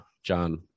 John